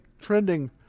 trending